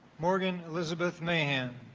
morgan elizabeth mahan